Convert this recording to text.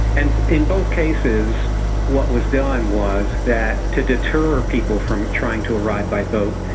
and in both cases what was done was that to deter people from trying to arrive by boat,